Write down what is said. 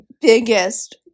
biggest